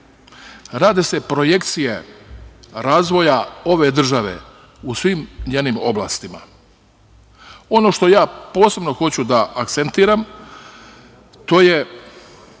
rade se projekcije razvoja ove države u svim njenim oblastima. Ono što ja posebno hoću da akcentujem, to je